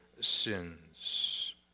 sins